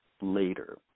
later